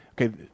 okay